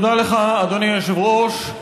תודה לך, אדוני היושב-ראש.